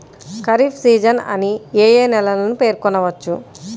Kharif season అని ఏ ఏ నెలలను పేర్కొనవచ్చు?